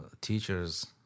teachers